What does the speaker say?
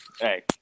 Hey